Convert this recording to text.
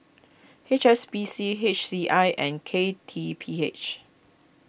H S B C H C I and K T P H